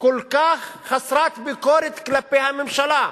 כל כך חסרת ביקורת כלפי הממשלה.